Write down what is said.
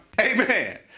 Amen